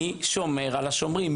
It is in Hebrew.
מי שומר על השומרים?